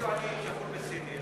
אתם טוענים שהכול בסדר,